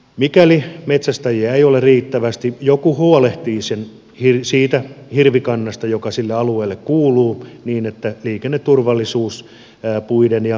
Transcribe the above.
mikäli metsästäjiä ei ole riittävästi joku huolehtii siitä hirvikannasta joka sille alueelle kuuluu hirvivahinkojen ehkäisemiseksi ja